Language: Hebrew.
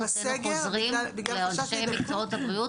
אנחנו הוצאנו חוזרים לאנשי מקצועות הבריאות